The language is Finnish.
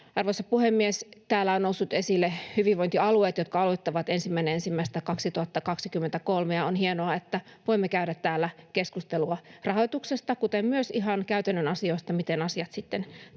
Arvoisa puhemies! Täällä ovat nousseet esille hyvinvointialueet, jotka aloittavat 1.1.2023, ja on hienoa, että voimme käydä täällä keskustelua rahoituksesta kuten myös ihan käytännön asioista, miten asiat sitten toimivat.